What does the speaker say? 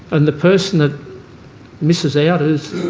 and the person that misses out is